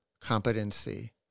competency